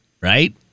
Right